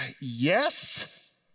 Yes